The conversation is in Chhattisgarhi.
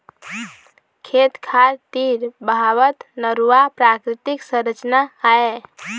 खेत खार तीर बहावत नरूवा प्राकृतिक संरचना आय